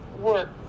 work